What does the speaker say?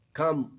come